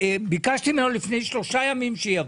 ביקשתי ממנו לפני שלושה ימים שיבוא,